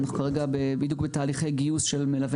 אנחנו כרגע בתהליכי גיוס של מלווי